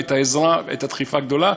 את העזרה ואת הדחיפה הגדולה.